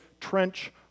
trench